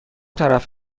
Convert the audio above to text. طرف